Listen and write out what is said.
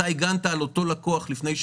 לפני שנה הגנת על אותו לקוח ב-1.7,